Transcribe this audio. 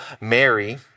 Mary